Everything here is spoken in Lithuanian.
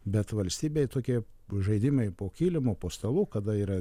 bet valstybei tokie žaidimai po kilimu po stalu kada yra